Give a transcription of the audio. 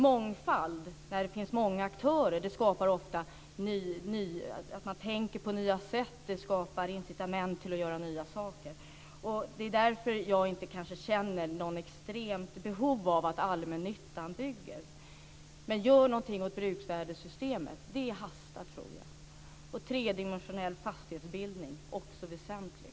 Mångfald, när det finns många aktörer, gör ofta att man tänker på nya sätt. Det skapar incitament till att göra nya saker. Det är därför jag kanske inte känner något extremt behov av att allmännyttan bygger. Men gör något åt bruksvärdessystemet. Det hastar, tror jag. Och tredimensionell fastighetsbildning är också väsentligt.